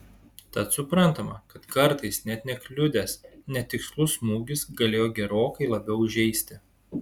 tad suprantama kad kartais net nekliudęs netikslus smūgis galėjo gerokai labiau žeisti